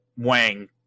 wang